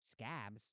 Scabs